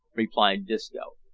replied disco.